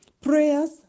prayers